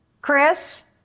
Chris